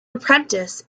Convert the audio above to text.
apprentice